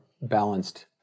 balanced